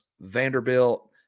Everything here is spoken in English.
Vanderbilt